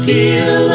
Feel